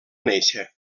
néixer